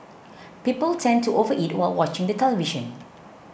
people tend to overeat while watching the television